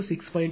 81 angle 21